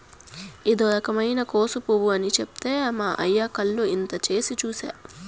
ఇదో రకమైన కోసు పువ్వు అని చెప్తే మా అయ్య కళ్ళు ఇంత చేసి చూసే